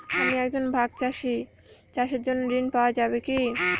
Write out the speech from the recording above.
আমি একজন ভাগ চাষি চাষের জন্য ঋণ পাওয়া যাবে কি?